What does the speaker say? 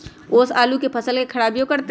ओस आलू के फसल के खराबियों करतै?